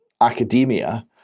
academia